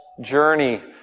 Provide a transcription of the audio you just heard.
journey